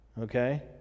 okay